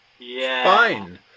Fine